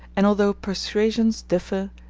and although persuasions differ,